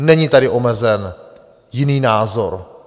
Není tady omezen jiný názor.